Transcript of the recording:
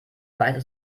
weiße